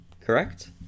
Correct